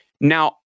Now